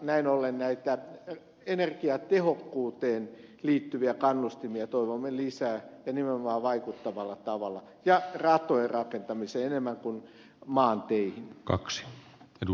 näin ollen näitä energiatehokkuuteen liittyviä kannustimia toivomme lisää ja nimenomaan vaikuttavalla tavalla ja ratojen rakentamiseen enemmän kuin maanteihin